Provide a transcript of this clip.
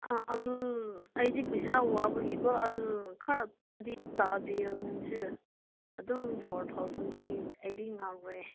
ꯑꯥ ꯑꯗꯨ ꯑꯩꯗꯤ ꯄꯩꯁꯥ ꯋꯥꯕꯒꯤꯀꯣ ꯑꯗꯨ ꯈꯔꯗꯤ ꯇꯥꯕꯤꯌꯣ ꯅꯪꯁꯨ ꯑꯗꯨꯝ ꯐꯣꯔ ꯊꯥꯎꯖꯟꯗꯤ ꯑꯩꯗꯤ ꯉꯥꯎꯔꯦ